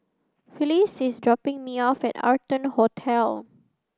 Phylis is dropping me off at Arton Hotel